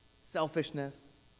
selfishness